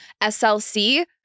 SLC